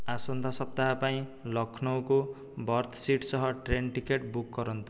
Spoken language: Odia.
ଆସନ୍ତା ସପ୍ତାହ ପାଇଁ ଲକ୍ଷ୍ନୌକୁ ବର୍ଥ ସିଟ୍ ସହ ଟ୍ରେନ୍ ଟିକେଟ୍ ବୁକ୍ କରନ୍ତୁ